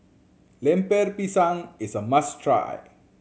Lemper Pisang is a must try